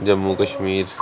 Jammu Kashmir